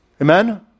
Amen